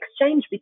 exchange